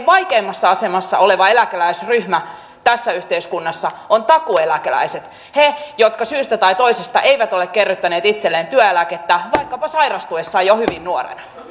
vaikeimmassa asemassa oleva eläkeläisryhmä tässä yhteiskunnassa on takuueläkeläiset he jotka syystä tai toisesta eivät ole kerryttäneet itselleen työeläkettä vaikkapa sairastuessaan jo hyvin nuorena